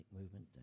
movement